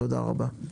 תודה רבה.